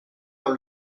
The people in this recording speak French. dans